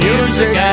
Music